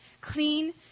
clean